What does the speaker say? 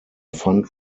fund